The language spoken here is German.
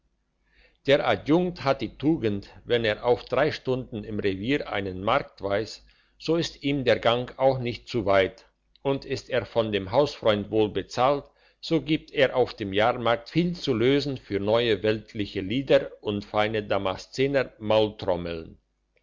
der adjunkt hat die tugend wenn er auf drei stunden im revier einen markt weiss so ist ihm der gang auch nicht zu weit und ist er von dem hausfreund wohl bezahlt so gibt er dem jahrmarkt viel zu lösen für neue weltliche lieder und feine